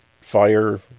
fire